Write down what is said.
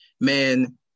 man